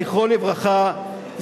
זכרו לברכה,